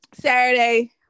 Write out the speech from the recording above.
Saturday